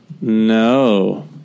No